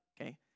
okay